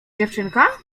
dziewczynka